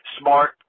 smart